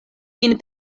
vin